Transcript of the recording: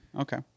Okay